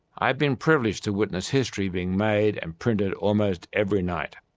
i have been privileged to witness history being made and printed almost every night.